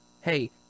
Hey